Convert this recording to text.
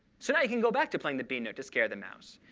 so now you can go back to playing the b note to scare the mouse.